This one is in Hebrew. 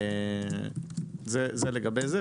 זה לגבי זה.